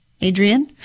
adrian